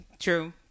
true